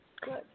Good